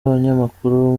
abanyamakuru